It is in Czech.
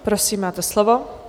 Prosím, máte slovo.